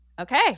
Okay